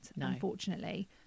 unfortunately